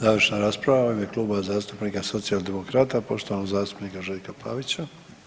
Završna rasprava u ime Kluba zastupnika Socijaldemokrata poštovanog zastupnika Željka Pavića.